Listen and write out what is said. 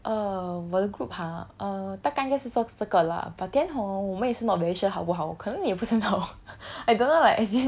as in I will just say uh 我的 group ha err 大概应该是做这个了 but then hor 我们也是 not very sure 好不好可能也不是很好